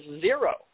zero